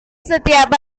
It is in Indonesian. setiap